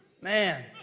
Man